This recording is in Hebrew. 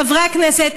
חברי הכנסת,